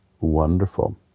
wonderful